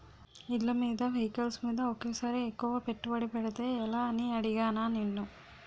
ఇళ్ళమీద, వెహికల్స్ మీద ఒకేసారి ఎక్కువ పెట్టుబడి పెడితే ఎలా అని అడిగానా నిన్ను